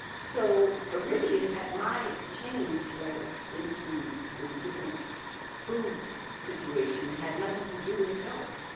so originally it had my change into the different food situation had nothing to do with health,